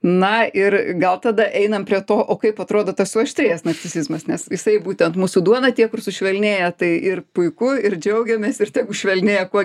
na ir gal tada einam prie to o kaip atrodo tas suaštrėjęs narcisizmas nes jisai būtent mūsų duona tie kur sušvelnėja tai ir puiku ir džiaugiamės ir tegu švelnėja kuo